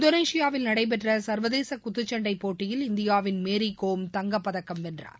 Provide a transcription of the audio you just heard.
இந்தோளேஷியாவில் நடைபெற்ற சர்வதேச குத்துச்சன்டை போட்டியில் இந்தியாவின் மேரிகோம் தங்கப்பதக்கம் வென்றார்